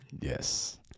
Yes